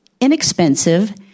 inexpensive